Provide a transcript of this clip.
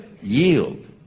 yield